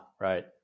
right